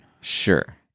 Sure